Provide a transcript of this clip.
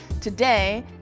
Today